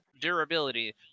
durability